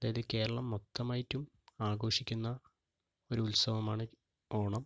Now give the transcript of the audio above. അതായത് കേരളം മൊത്തമായിട്ടും ആഘോഷിക്കുന്ന ഒരു ഉത്സവമാണ് ഓണം